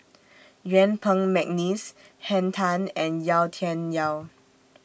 Yuen Peng Mcneice Henn Tan and Yau Tian Yau